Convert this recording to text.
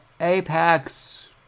apex